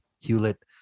Hewlett